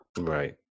Right